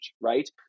right